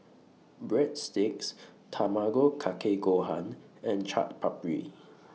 Breadsticks Tamago Kake Gohan and Chaat Papri